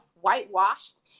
whitewashed